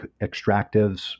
extractives